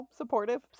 supportive